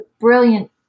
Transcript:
brilliant